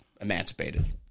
emancipated